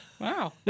Wow